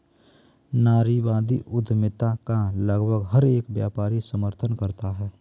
नारीवादी उद्यमिता का लगभग हर एक व्यापारी समर्थन करता है